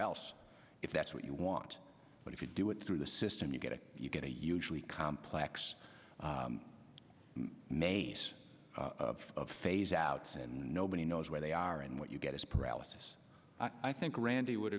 else if that's what you want but if you do it through the system you get it you get a usually complex maze of phase outs and nobody knows where they are and what you get is paralysis i think randy would